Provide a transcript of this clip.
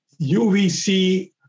UVC